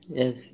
yes